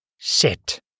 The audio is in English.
Sit